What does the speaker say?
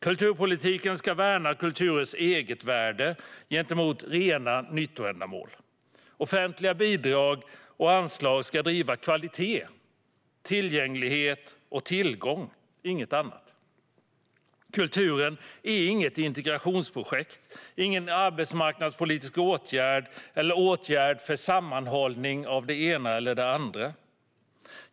Kulturpolitiken ska värna kulturens eget värde gentemot rena nyttoändamål. Offentliga bidrag och anslag ska driva kvalitet, tillgänglighet och tillgång - inget annat. Kulturen är inget integrationsprojekt, ingen arbetsmarknadspolitisk åtgärd eller åtgärd för sammanhållning av det ena eller det andra.